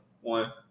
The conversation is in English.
one